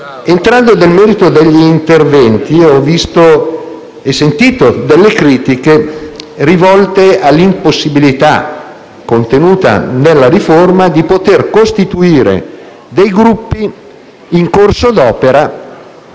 Entrando nel merito degli interventi, ho sentito critiche rivolte all'impossibilità contenuta nella riforma di costituire dei Gruppi in corso di